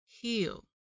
heal